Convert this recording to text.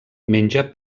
menja